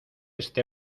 este